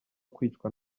kwicwa